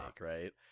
right